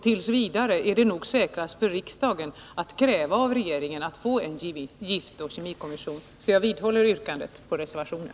T. v. är det nog säkrast för riksdagen att kräva av regeringen att få en giftoch kemikommission. Därför vidhåller jag mitt yrkande om bifall till reservationen.